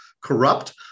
corrupt